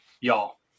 y'all